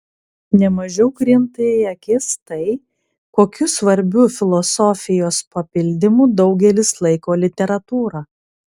ne mažiau krinta į akis tai kokiu svarbiu filosofijos papildymu daugelis laiko literatūrą